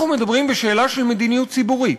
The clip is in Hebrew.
אנחנו מדברים בשאלה של מדיניות ציבורית,